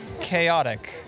Chaotic